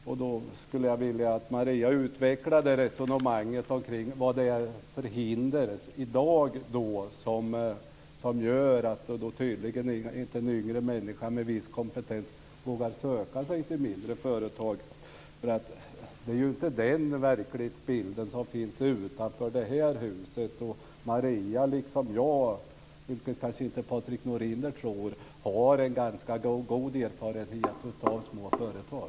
Jag skulle då vilja att Maria utvecklade resonemanget kring vad det är för hinder i dag som gör att en yngre människa med viss kompetens inte vågar söka sig till mindre företag, för det är ju inte den verklighetsbild som finns utanför det här huset. Maria Larsson liksom jag, vilket kanske inte Patrik Norinder tror, har ju en ganska god erfarenhet av små företag.